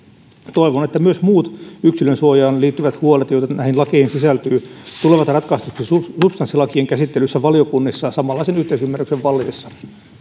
toivon että myös muut yksilönsuojaan liittyvät huolet joita näihin lakeihin sisältyy tulevat ratkaistuksi substanssilakien käsittelyssä valiokunnissa samanlaisen yhteisymmärryksen vallitessa